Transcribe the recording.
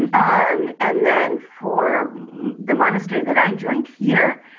and um and then for the monastery that i joined here,